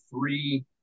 three